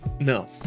No